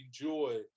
enjoy